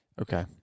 Okay